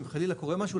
אם חלילה קורה משהו,